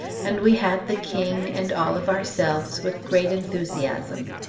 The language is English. and we had the king and all of ourselves with great enthusiasm.